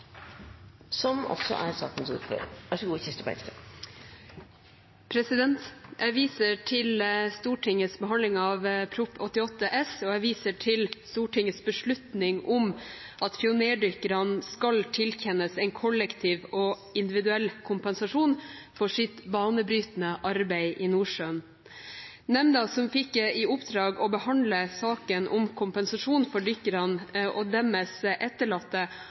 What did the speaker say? jeg også glad for at et bredt flertall i Stortinget er med på dette arbeidet. Flere har ikke bedt om ordet til sak nr. 4. Jeg viser til Stortingets behandling av Prop. 88 S for 2013–2014, og jeg viser til Stortingets beslutning om at pionerdykkerne skal tilkjennes en kollektiv og individuell kompensasjon for sitt banebrytende arbeid i Nordsjøen. Nemnda som fikk i oppdrag å behandle saken